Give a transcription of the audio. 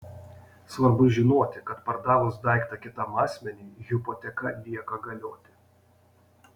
svarbu žinoti kad pardavus daiktą kitam asmeniui hipoteka lieka galioti